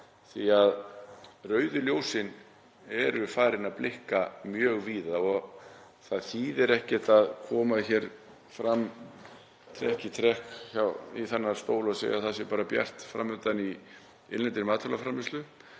því að rauðu ljósin eru farin að blikka mjög víða og það þýðir ekkert að koma hér fram trekk í trekk í þennan stól og segja að það sé bjart fram undan í innlendri matvælaframleiðslu